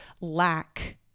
lack